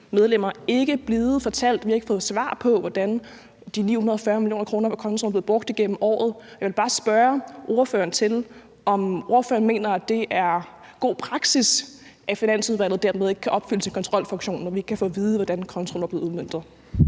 ikke fået svar på, hvordan de 940 mio. kr. på kontoen er blevet brugt gennem året. Jeg vil bare spørge ordføreren, om ordføreren mener, at det er god praksis, at Finansudvalget dermed ikke kan opfylde sin kontrolfunktion, når vi ikke kan få at vide, hvordan midlerne på kontoen er blevet udmøntet.